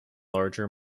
larger